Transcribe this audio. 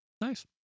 Nice